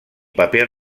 paper